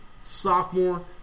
sophomore